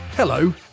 Hello